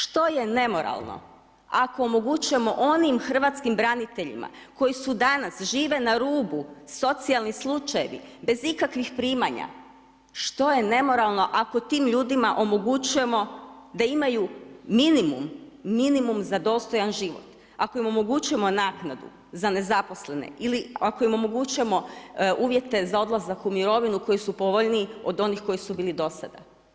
Što je nemoralno ako omogućujemo onim hrvatskim braniteljima koji su danas, žive na rubu, socijalni slučajevi bez ikakvih primanja, što je nemoralno ako tim ljudima omogućujemo da imaju minimum, minimum za dostojan život, ako im omogućujemo naknadu za nezaposlene ili ako im omogućujemo uvjete za odlazak u mirovinu koji su povoljniji od onih koji su bili do sada?